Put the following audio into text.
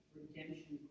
redemption